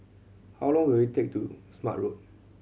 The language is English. how long will it take to Smart Road